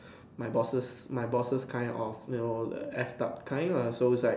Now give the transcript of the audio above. my bosses my bosses kind of you know the F up kind lah so it's like